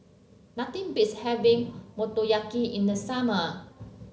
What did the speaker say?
nothing beats having Motoyaki in the summer